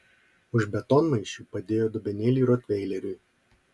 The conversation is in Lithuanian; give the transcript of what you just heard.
už betonmaišių padėjo dubenėlį rotveileriui